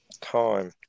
time